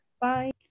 Bye